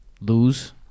lose